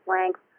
length